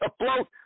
afloat